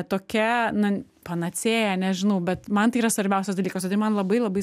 tokia na panacėja nežinau bet man tai yra svarbiausias dalykas o tai man labai labai